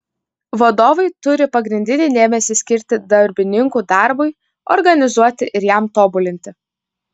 vadovai turi pagrindinį dėmesį skirti darbininkų darbui organizuoti ir jam tobulinti